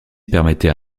permettait